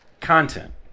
Content